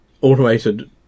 automated